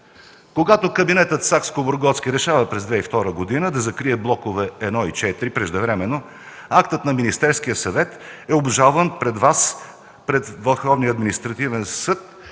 когато кабинетът на Сакскобургготски решава през 2002 г. да закрие блокове І - ІV преждевременно. Актът на Министерския съвет е обжалван пред